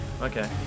Okay